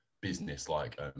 business-like